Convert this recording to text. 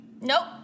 Nope